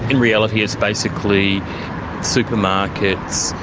in reality it's basically supermarkets,